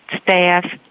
Staff